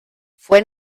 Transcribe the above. fue